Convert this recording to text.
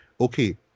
okay